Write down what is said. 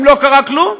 אם לא קרה כלום,